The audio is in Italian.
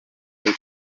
del